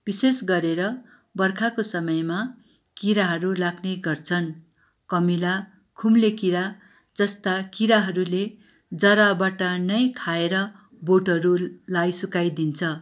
विशेष गरेर बर्खाको समयमा किराहरू लाग्ने गर्छन् कमिला खुम्लेकिरा जस्ता किराहरूले जराबाट नै खाएर बोटहरूलाई सुकाइदिन्छ